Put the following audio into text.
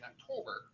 October